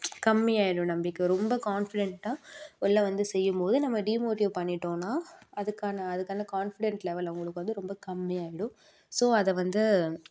கம்மியாகிடும் நம்பிக்கை ரொம்ப கான்ஃபிடன்ட்டாக வெளில வந்து செய்யும்போது நம்ம டீ மோட்டிவ் பண்ணிட்டோம்னா அதுக்கான அதுக்கான கான்ஃபிடன்ட் லெவல் அவங்களுக்கு ரொம்ப கம்மியாகிடும் ஸோ அதை வந்து